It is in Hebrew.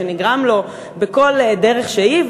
שנגרם לו בכל דרך שהיא,